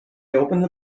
opened